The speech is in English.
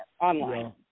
online